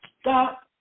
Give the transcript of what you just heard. Stop